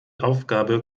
aufgabe